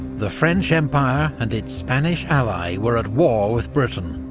the french empire, and its spanish ally were at war with britain,